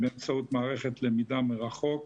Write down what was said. באמצעות מערכת למידה מרחוק.